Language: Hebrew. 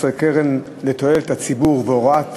18) (קרן לתועלת הציבור והוראות